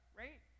right